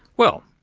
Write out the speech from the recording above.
well,